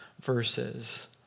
verses